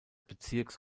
bezirks